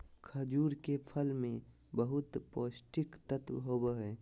खजूर के फल मे बहुत पोष्टिक तत्व होबो हइ